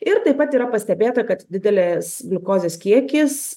ir taip pat yra pastebėta kad didelės gliukozės kiekis